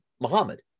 Muhammad